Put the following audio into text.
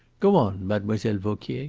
go on, mademoiselle vauquier